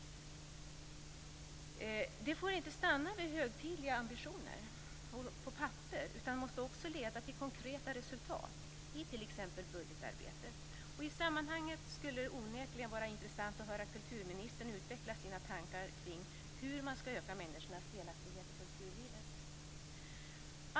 Det får inte stanna vid högtidliga ambitioner på papper, utan det måste också leda till konkreta resultat i t.ex. budgetarbetet. I sammanhanget skulle det onekligen vara intressant att höra kulturministern utveckla sina tankar kring hur man skall öka människornas delaktighet i kulturlivet.